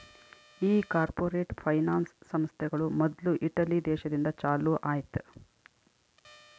ಈ corporate finance ಸಂಸ್ಥೆಗಳು ಮೊದ್ಲು ಇಟಲಿ ದೇಶದಿಂದ ಚಾಲೂ ಆಯ್ತ್